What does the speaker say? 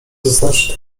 zostawszy